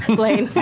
blaine,